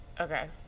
Okay